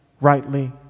rightly